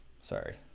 Sorry